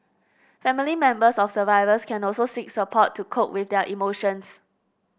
family members of survivors can also seek support to cope with their emotions